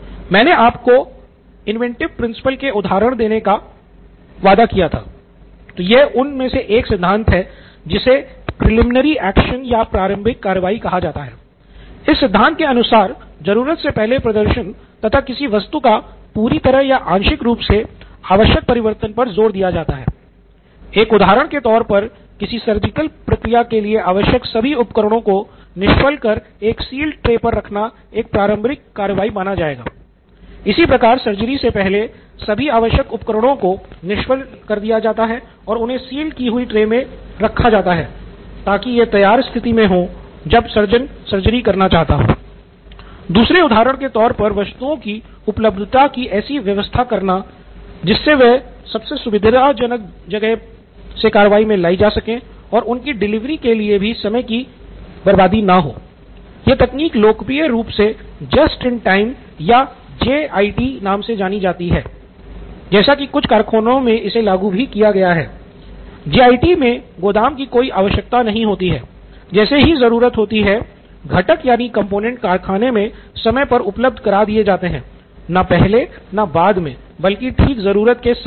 मैंने आपको inventive principle कारखाने मे समय पर उपलब्ध करा दिये जाते हैं न पहले न बाद मे बल्कि ठीक ज़रूरत के समय पर